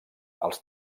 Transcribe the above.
als